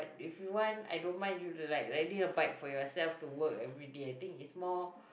if you want I don't mind you ride riding a bike for yourself to work everyday I think is more